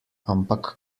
ampak